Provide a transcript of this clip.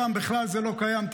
שם בכלל זה לא קיים,